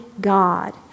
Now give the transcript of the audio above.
God